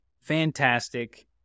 fantastic